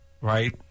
right